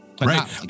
Right